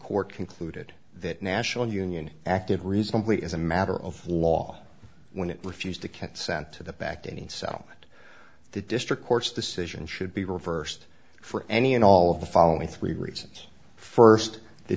court concluded that national union acted reasonably as a matter of law when it refused to consent to the backdating settlement the district court's decision should be reversed for any and all of the following three reasons first the